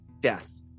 death